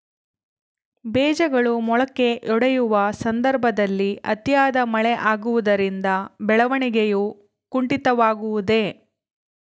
ಬೇಜಗಳು ಮೊಳಕೆಯೊಡೆಯುವ ಸಂದರ್ಭದಲ್ಲಿ ಅತಿಯಾದ ಮಳೆ ಆಗುವುದರಿಂದ ಬೆಳವಣಿಗೆಯು ಕುಂಠಿತವಾಗುವುದೆ?